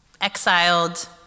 Exiled